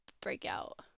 breakout